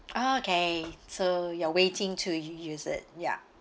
okay so you are waiting to use it ya